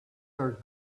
are